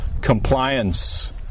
compliance